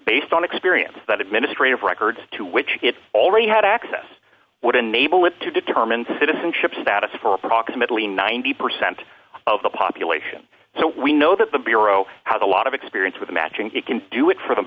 based on experience that administrative records to which it already had access would enable it to determine citizenship status for approximately ninety percent of the population so we know that the bureau has a lot of experience with matching it can do it for the